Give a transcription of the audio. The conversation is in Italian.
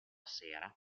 sera